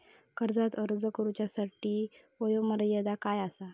कर्जाक अर्ज करुच्यासाठी वयोमर्यादा काय आसा?